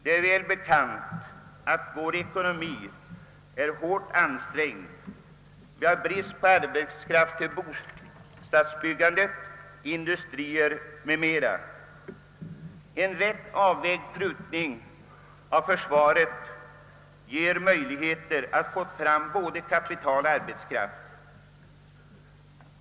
Det är väl bekant att vår ekonomi är hårt ansträngd. Vi har brist på arbetskraft till bostadsbyggande, industrier m.m. En rätt avvägd prutning av försvarskostnaderna ger möjligheter att få fram både kapital och arbetskraft.